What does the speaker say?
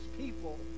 people